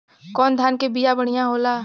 कौन धान के बिया बढ़ियां होला?